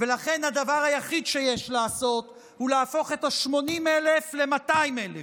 ולכן הדבר היחיד שיש לעשות הוא להפוך 80,000 ל-200,000,